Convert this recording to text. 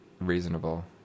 reasonable